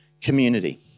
community